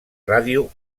ràdio